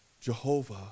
Jehovah